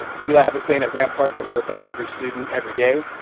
ah we like have a saying at rampart that we're about every student every day.